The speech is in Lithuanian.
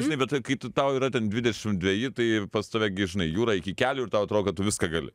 žinai bet tai kaip tu tau yra ten dvidešim dveji tai pas tave gi žinai jūra iki kelių ir tau atrodo kad tu viską gali